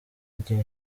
igihe